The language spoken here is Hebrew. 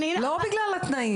לא בגלל התנאים.